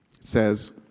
says